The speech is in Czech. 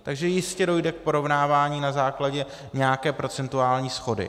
Takže jistě dojde k porovnávání na základě nějaké procentuální shody.